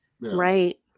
right